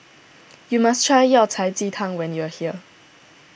you must try Yao Cai Ji Tang when you are here